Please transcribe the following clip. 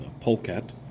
polecat